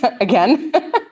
again